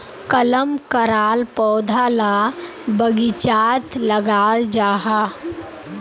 कलम कराल पौधा ला बगिचात लगाल जाहा